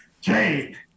Jade